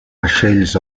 vaixells